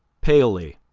paley,